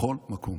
בכל מקום.